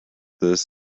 this